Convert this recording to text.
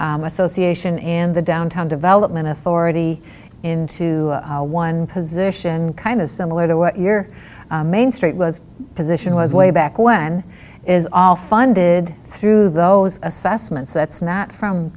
association and the downtown development authority into one position kind of similar to what you're main street was position was way back when is all funded through those assessments